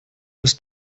ist